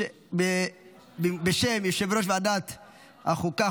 בשם יושב-ראש ועדת החוקה,